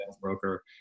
broker